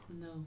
no